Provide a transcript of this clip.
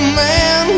man